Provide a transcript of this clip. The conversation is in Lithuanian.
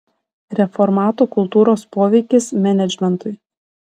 reformatų kultūros poveikis menedžmentui